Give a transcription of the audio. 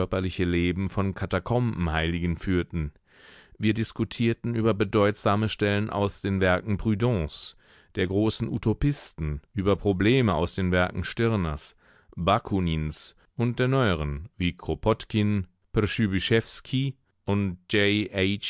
leben von katakombenheiligen führten wir diskutierten über bedeutsame stellen aus den werken proudhons der großen utopisten über probleme aus den werken stirners bakunins und der neueren wie kropotkin przybyszewski und